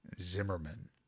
Zimmerman